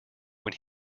when